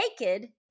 naked